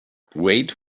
wait